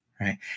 right